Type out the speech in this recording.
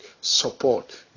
support